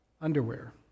underwear